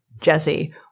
Jesse